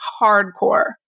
hardcore